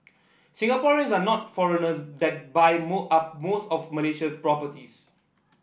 Singaporeans are not foreigners that buy more up most of Malaysia's properties